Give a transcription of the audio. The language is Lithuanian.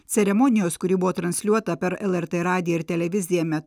ceremonijos kuri buvo transliuota per lrt radiją ir televiziją metu